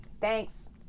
Thanks